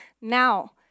now